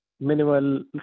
Minimal